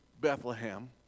Bethlehem